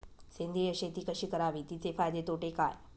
सेंद्रिय शेती कशी करावी? तिचे फायदे तोटे काय?